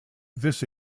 this